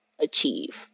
achieve